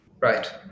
Right